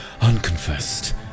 unconfessed